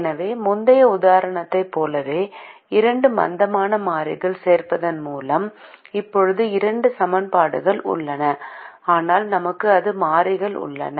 எனவே முந்தைய உதாரணத்தைப் போலவே இரண்டு மந்தமான மாறிகள் சேர்ப்பதன் மூலம் இப்போது இரண்டு சமன்பாடுகள் உள்ளன ஆனால் நமக்கு நான்கு மாறிகள் உள்ளன